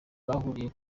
bahuriye